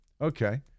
okay